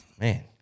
Man